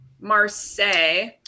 Marseille